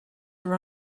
are